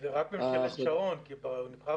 זאת רק ממשלת שרון כי הוא נבחר